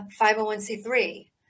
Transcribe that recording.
501c3